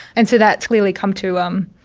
and so that's clearly come to um,